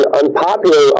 unpopular